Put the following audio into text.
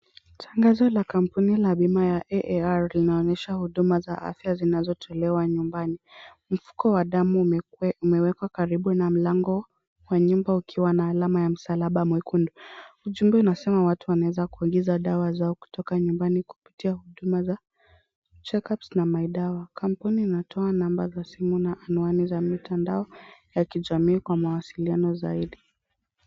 Tangazo la kampuni la bima ya AAR linaonyesha huduma za afya zinazotolewa nyumbani. Mfuko wa damu umewekwa karibu na mlango wa nyumba ukiwa na alama ya msalaba mwekundu. Ujumbe unasema watu wanaweza kuagiza dawa zao kutoka nyumbani kupitia huduma za check ups na mydawa .Kampuni inatoa namba za simu na anwani za mitandao ya kijamii kwa mawasiliano zaidi.